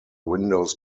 windows